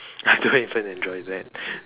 I don't even enjoy that